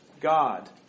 God